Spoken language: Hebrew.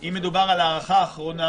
אם מדובר על הארכה אחרונה,